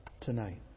tonight